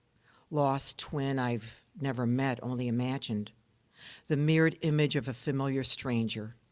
lost twin i've never met, only imagined the mirrored image of a familiar stranger.